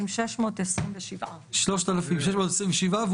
3,627. אנחנו